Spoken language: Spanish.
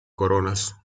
coronas